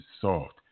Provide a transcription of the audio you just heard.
soft